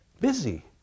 Busy